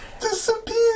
Disappear